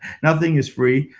nothing is free,